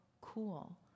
cool